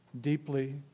deeply